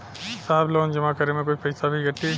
साहब लोन जमा करें में कुछ पैसा भी कटी?